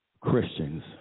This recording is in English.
Christians